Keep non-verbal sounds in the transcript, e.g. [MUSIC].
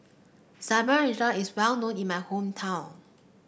[UNINTELLIGIBLE] is well known in my hometown